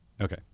Okay